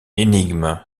énigme